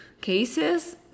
cases